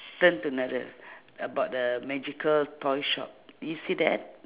turn to another about the magical toy shop you see that